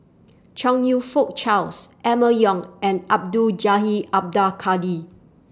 Chong YOU Fook Charles Emma Yong and Abdul Jalil Abdul Kadir